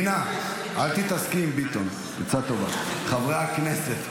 להלן תוצאות ההצבעה: